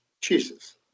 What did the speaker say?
Jesus